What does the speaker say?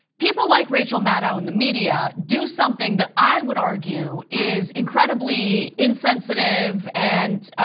people like rachel maddow and the media do something that i would argue is incredibly insensitive, and